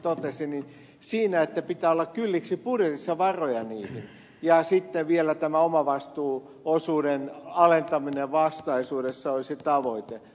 kähkönenkin totesi että pitää olla kylliksi budjetissa varoja niihin ja sitten vielä tämä omavastuuosuuden alentaminen vastaisuudessa olisi tavoite